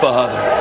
Father